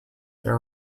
there